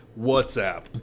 WhatsApp